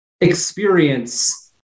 experience